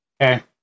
Okay